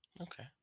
Okay